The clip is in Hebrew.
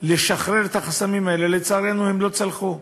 לשחרר את החסמים האלה, לצערנו הן לא צלחו.